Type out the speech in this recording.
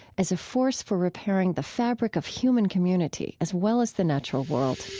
as a force for repairing the fabric of human community as well as the natural world